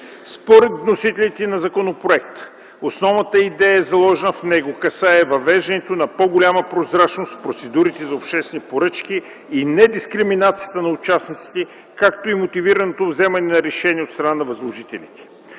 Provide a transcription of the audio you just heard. Според вносителите на законопроекта основата идея, заложена в него, касае въвеждането на по-голяма прозрачност в процедурите за обществени поръчки и недискриминацията на участниците, както и мотивираното вземане на решения от страна на възложителите.